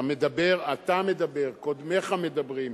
אתה מדבר, קודמיך מדברים,